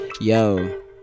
yo